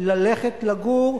ללכת לגור,